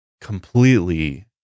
completely